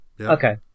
Okay